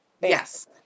Yes